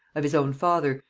of his own father,